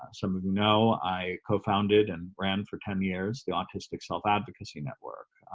sort of no i co-founded and ran for ten years the autistic self-advocacy network,